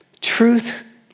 truth